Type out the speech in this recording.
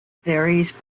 varies